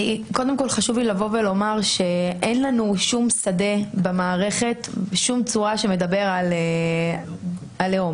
חשוב לי לומר שאין לנו שום שדה במערכת שמדבר על לאום.